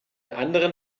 anderen